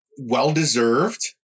well-deserved